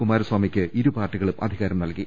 കുമാരസ്വാമിക്ക് ഇരുപാർട്ടികളും അധികാരം നൽകി